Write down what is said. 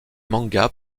manga